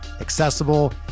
accessible